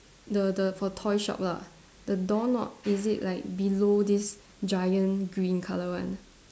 the the for toy shop lah the door knob is it like below this giant green colour one